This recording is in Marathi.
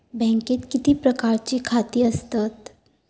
बँकेत किती प्रकारची खाती असतत?